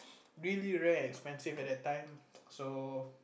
really very expensive at that time so